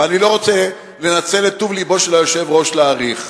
ואני לא רוצה לנצל את טוב לבו של היושב-ראש ולהאריך.